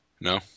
No